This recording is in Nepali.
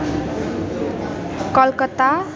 कलकत्ता